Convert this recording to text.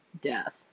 Death